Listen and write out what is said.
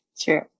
true